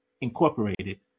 incorporated